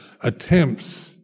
attempts